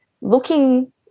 looking